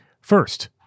First